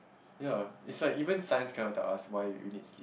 ya is like even Science cannot tell us why we need sleep